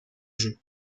jeu